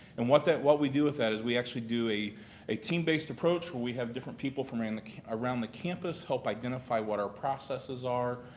and what that what we do with that is we actually do a a team-based approach where we have different people from around the around the campus help identify what our processes are,